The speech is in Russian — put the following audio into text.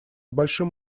большим